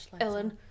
Ellen